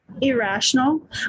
irrational